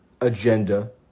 agenda